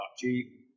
cheap